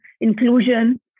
inclusion